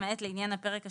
למעט לעניין הפרק השלישי1,